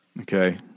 Okay